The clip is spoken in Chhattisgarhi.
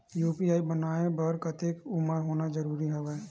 यू.पी.आई बनवाय बर कतेक उमर होना जरूरी हवय?